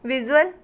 visual